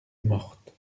morte